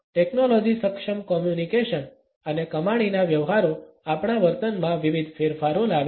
technology સક્ષમ communication અને કમાણીના વ્યવહારો આપણા વર્તનમાં વિવિધ ફેરફારો લાવે છે